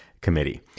committee